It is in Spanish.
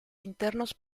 internos